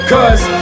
Cause